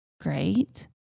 great